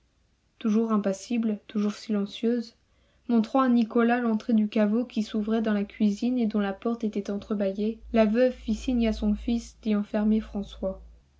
toujours impassible toujours silencieuse montrant à nicolas l'entrée du caveau qui s'ouvrait dans la cuisine et dont la porte était entrebâillée la veuve fit signe à son fils d'y enfermer françois